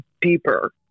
deeper